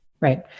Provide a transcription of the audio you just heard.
Right